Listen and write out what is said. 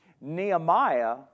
Nehemiah